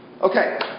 Okay